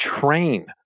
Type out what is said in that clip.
train